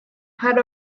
had